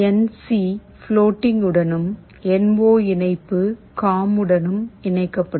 என் சி பிளொட்டிங் உடனும் என் ஒ இணைப்பு காம் உடனும் இணைக்கப்படும்